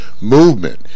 movement